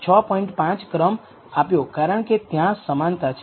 5 ક્રમ આપ્યો કારણકે ત્યાં સમાનતા છે